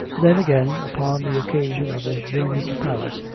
then, again, upon the occasion of his journey to paris,